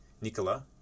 Nicola